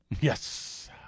Yes